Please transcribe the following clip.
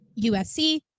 USC